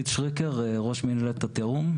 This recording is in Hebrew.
נכון.